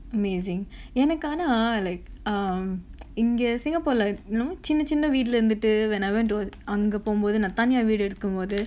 amazing எனக்கு ஆனா:enakku aanaa like um இங்க:inga singapore like you know சின்ன சின்ன வீடுல இருந்துட்டு:chinna chinna veedula irunthuttu when I went to அங்க போம்போது நா தனியா வீடு எடுக்கம்போது:anga pompothu naa thaniyaa veedu edukkampothu